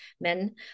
men